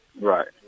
Right